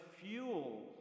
fuel